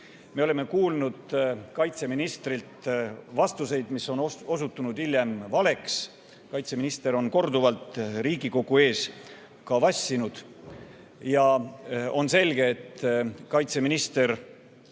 Me oleme kuulnud kaitseministrilt vastuseid, mis on hiljem osutunud valeks. Kaitseminister on korduvalt Riigikogu ees ka vassinud. On selge, et kaitseminister